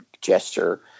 gesture